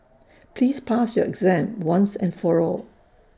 please pass your exam once and for all